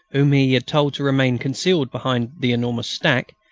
whom he had told to remain concealed behind the enormous stack,